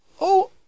Oh